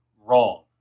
Wrong